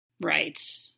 Right